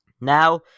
Now